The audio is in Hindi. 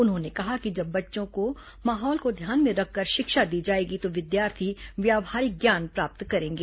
उन्होंने कहा कि जब बच्चों के माहौल को ध्यान में रखकर शिक्षा दी जायेगी तो विद्यार्थी व्यावहारिक ज्ञान प्राप्त करेंगे